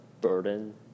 Burden